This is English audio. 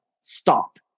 Stop